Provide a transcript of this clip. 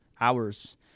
hours